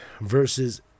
versus